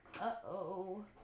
uh-oh